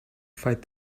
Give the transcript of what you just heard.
fight